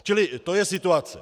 Čili to je situace.